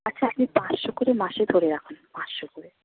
আচ্ছা আপনি পাঁচশো করে মাসে ধরে রাখুন পাঁচশো করে